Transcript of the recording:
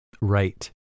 Right